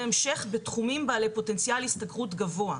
המשך בתחומים בעלי פוטנציאל השתכרות גבוה.